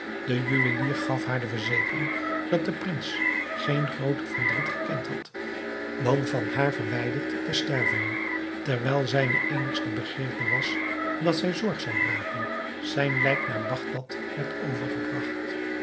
de juwelier gaf haar de verzekering dat de prins geen grooter verdriet gekend had dan van haar verwijderd te sterven terwijl zijne eenigste begeerte was dat zij zorg zou dragen zijn lijk naar bagdad werd overgebragt